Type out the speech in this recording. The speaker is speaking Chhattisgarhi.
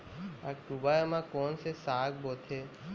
अक्टूबर मा कोन से साग बोथे?